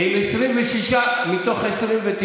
אם 26 מתוך 29,